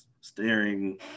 staring